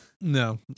No